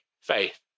faith